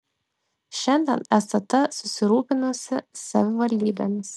šiandien stt susirūpinusi savivaldybėmis